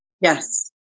Yes